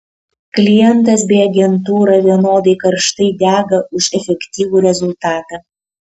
klientas bei agentūra vienodai karštai dega už efektyvų rezultatą